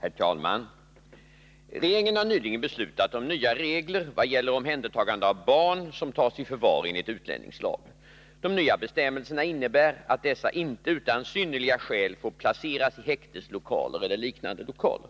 Herr talman! Regeringen har nyligen beslutat om nya regler vad gäller omhändertagande av barn som tas i förvar enligt utlänningslagen. De nya bestämmelserna innebär att dessa inte utan synnerliga skäl får placeras i häkteslokaler eller liknande lokaler.